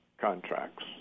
contracts